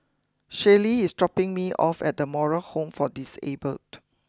Shaylee is dropping me off at the Moral Home for Disabled